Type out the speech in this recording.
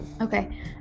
Okay